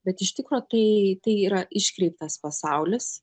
bet iš tikro tai tai yra iškreiptas pasaulis